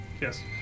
Yes